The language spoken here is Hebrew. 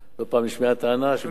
לא פעם נשמעה הטענה שבאירופה,